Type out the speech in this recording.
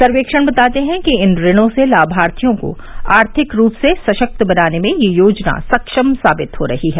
सर्वेक्षण बताते हैं कि इन ऋणों से लामार्थियों को आर्थिक रूप से सशक्त बनाने में यह योजना सक्षम साबित हो रही है